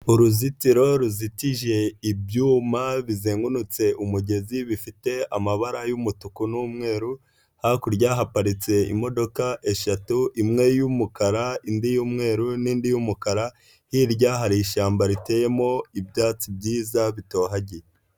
Uruzitiro ruzitije ibyuma bizengurutse umugezi bifite amabara y'umutuku n'umweru, hakurya haparitse imodoka eshatu, imwe y'umukara, indi y'umweru n'indi y'umukara, hirya hari ishyamba riteyemo ibyatsi byiza bitohagiye.